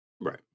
Right